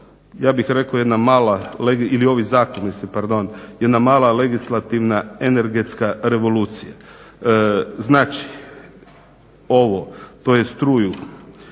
ja bih rekao je jedna mala, ili ovi zakoni su pardon jedna mala legislativna energetska revolucija. Znači, ovo tj. struju